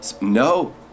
No